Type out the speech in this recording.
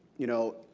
you know,